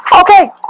Okay